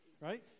Right